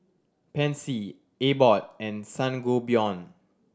Pansy Abbott and Sangobion